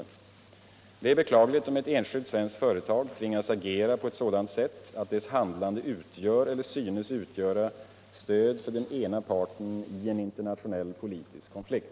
S Det är beklagligt om ett enskilt svenskt företag tvingas agera på ett sådant sätt att dess handlande utgör eller synes utgöra stöd för den ena parten i en internationeH politisk konflikt.